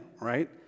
right